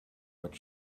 what